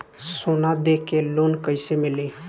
सोना दे के लोन कैसे मिली?